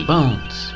Bones